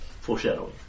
Foreshadowing